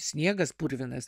sniegas purvinas